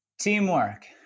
Teamwork